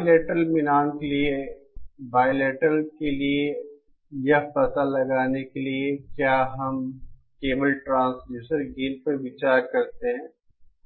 bilateral मिलान के लिए बाइलेटरल के लिए यह पता लगाने के लिए कि क्या हम केवल ट्रांसड्यूसर गेन पर विचार करते हैं